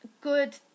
good